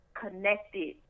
connected